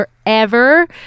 forever